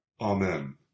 Amen